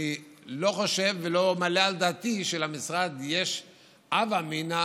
אני לא חושב ולא מעלה על דעתי שלמשרד יש הווה אמינא